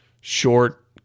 short